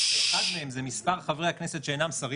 שאחד מהם זה מספר חברי הכנסת שאינם שרים